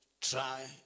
Try